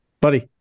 buddy